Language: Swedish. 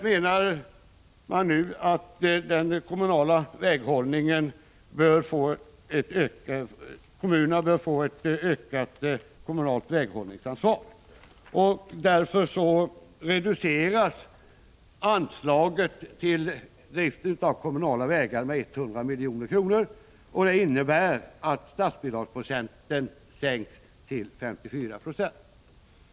Man menar alltså nu att kommunerna bör få ett ökat väghållningsansvar. Därför reduceras anslaget till driften av kommunala vägar med 100 milj.kr. Detta innebär att statsbidragsandelen sänks till 54 96.